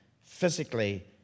physically